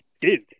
Dude